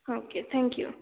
okay thank you